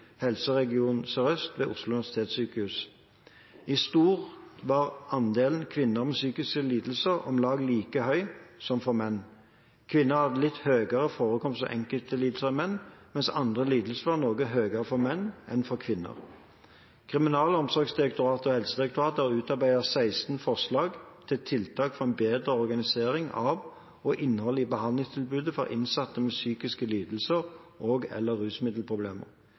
Helseregion Sør-Øst ved Oslo universitetssykehus. I stort var andelen kvinner med psykiske lidelser om lag like høy som for menn. Kvinner hadde litt høyere forekomst av enkelte lidelser enn menn, mens andre lidelser var noe høyere for menn enn for kvinner. Kriminalomsorgsdirektoratet og Helsedirektoratet har utarbeidet 16 forslag til tiltak for en bedre organisering av og innhold i behandlingstilbudet for innsatte med psykiske lidelser og/eller rusmiddelproblemer. Tiltakene gjelder både helsetjenesten og